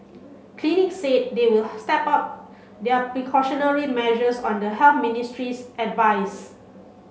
clinic said they will step up their precautionary measures on the Health Ministry's advice